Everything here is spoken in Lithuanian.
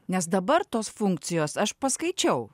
nes dabar tos funkcijos aš paskaičiau